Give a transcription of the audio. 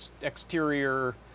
exterior